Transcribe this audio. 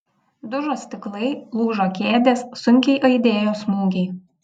dužo stiklai lūžo kėdės sunkiai aidėjo smūgiai